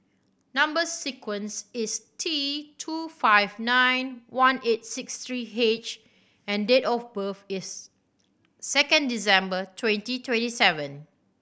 number sequence is T two five nine one eight six three H and date of birth is second December twenty twenty seven